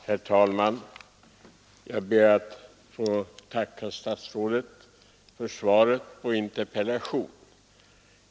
Herr talman! Jag ber att få tacka herr statsrådet för svaret på min interpellation.